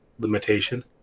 limitation